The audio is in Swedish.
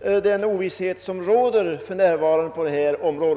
den ovisshet som för närvarande råder på detta område.